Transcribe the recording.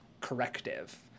corrective